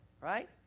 Right